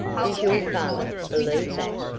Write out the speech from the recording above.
does your father believe that?